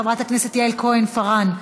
חברת הכנסת יעל כהן פארן,